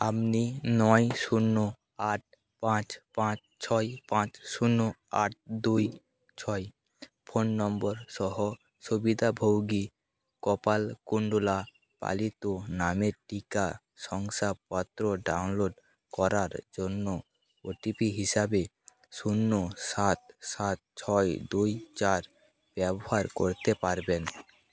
আপনি নয় শূন্য আট পাঁচ পাঁচ ছয় পাঁচ শূন্য আট দুই ছয় ফোন নম্বরসহ সুবিধাভোগী কপালকুণ্ডলা পালিত নামের টিকা শংসাপত্র ডাউনলোড করার জন্য ওটিপি হিসাবে শূন্য সাত সাত ছয় দুই চার ব্যবহার করতে পারবেন